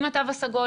עם התו הסגול,